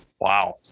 Wow